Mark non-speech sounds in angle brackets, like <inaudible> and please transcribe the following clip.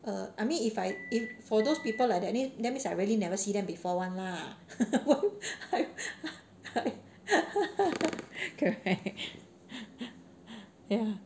err I mean if I if for those people like that leave that means I really never see them before one lah <laughs> correct